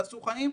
תעשו חיים,